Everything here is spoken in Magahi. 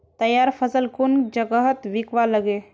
तैयार फसल कुन जगहत बिकवा लगे?